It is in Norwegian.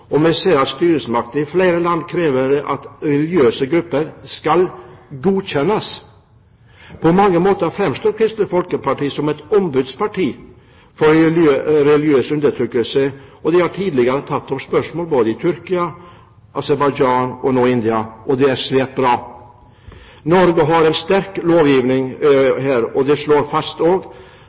i flere land krever at religiøse grupper skal godkjennes. På mange måter framstår Kristelig Folkeparti som et ombudsparti for religiøs undertrykkelse, og de har tidligere tatt opp spørsmål både i Tyrkia, Aserbajdsjan og nå i India. Det er svært bra. Norge har en sterk lovgivning her, og den slår fast